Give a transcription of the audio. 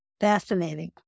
fascinating